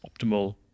optimal